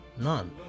None